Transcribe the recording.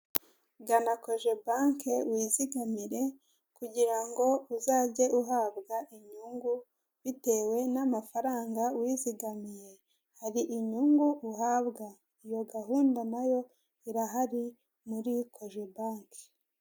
Gaka koje banke, wizigamire, kugira ngo uzajye uhabwa inyungu bitewe n'amafaranga wizigamiye, hari inyungu uhabwa. Iyo gahunda na yo irahari muri koje banke.